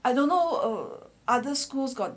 I don't know or other schools got